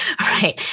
right